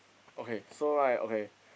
okay so right okay